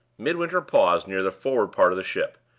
midwinter paused near the forward part of the ship,